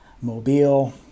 Mobile